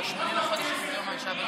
בכמה כסף מדובר.